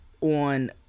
on